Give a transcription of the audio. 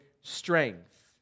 strength